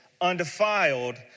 undefiled